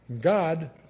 God